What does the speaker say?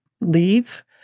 leave